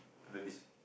ladies